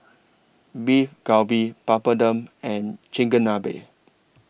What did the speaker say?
Beef Galbi Papadum and Chigenabe